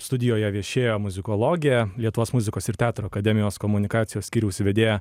studijoje viešėjo muzikologė lietuvos muzikos ir teatro akademijos komunikacijos skyriaus vedėja